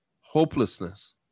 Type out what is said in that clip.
hopelessness